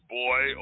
boy